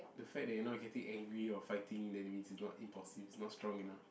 the fact that you're not getting angry or fighting then it means it's not impulsive it's not strong enough